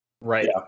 right